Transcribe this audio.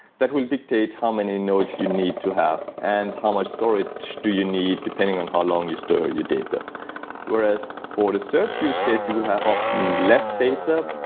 that will dictate how many nodes you need to have and how much storage do you need depending on how long you store your data whereas, for the search use case, you will have, often, less data,